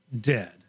dead